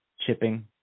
chipping